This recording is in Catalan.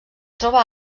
troba